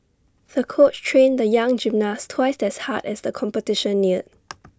the coach trained the young gymnast twice as hard as the competition neared